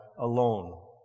alone